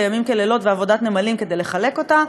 לילות כימים ועבודת נמלים כדי לחלק אותה,